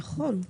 נכון,